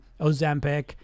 Ozempic